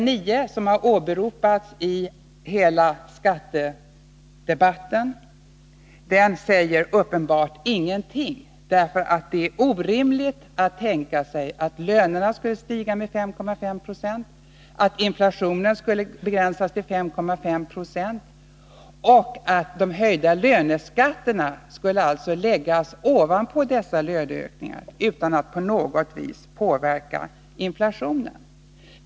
9 som har åberopats i hela skattedebatten säger uppenbarligen ingenting, eftersom det vore orimligt att tänka sig att lönerna skulle stiga med 5,5 20 per år, att inflationen skulle begränsas till 5,5 26 och att de höjda löneskatterna alltså skulle läggas ovanpå dessa löneökningar utan att på något vis påverka inflationen.